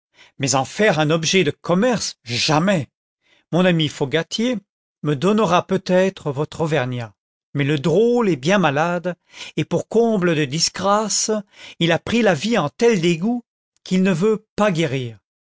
mais en faire un objet de commerce jamais mon ami fogatier me donnera peut-être votre auvergnat mais le drôle est bien malade et pour comble de disgrâce il a pris la vie en tel dégoût qu'il ne veut pas guérir